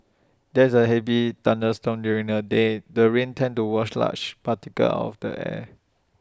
there's A heavy thunderstorm during the day the rains tends to wash large particles out of the air